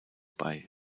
bei